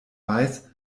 weiß